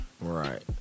right